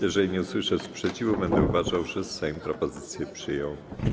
Jeżeli nie usłyszę sprzeciwu, będę uważał, że Sejm propozycję przyjął.